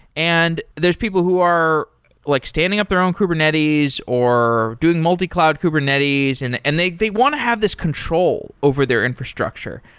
and people who are like standing up their own kubernetes or doing multi-cloud kubernetes and and they they want to have this control over their infrastructure.